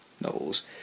novels